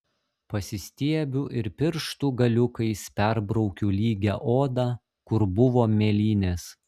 pasistiebiu ir pirštų galiukais perbraukiu lygią odą kur buvo mėlynės